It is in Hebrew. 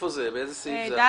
סעיף זה?